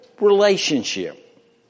relationship